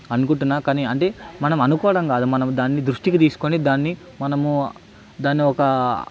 అనుకుంటున్నా కానీ అంటే మనం అనుకోవడం కాదు మనం దాన్ని దృష్టికి తీసుకొని దాన్ని మనము దాన్ని ఒక